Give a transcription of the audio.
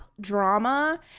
drama